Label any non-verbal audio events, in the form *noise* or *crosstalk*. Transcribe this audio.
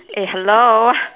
eh hello *breath*